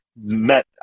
met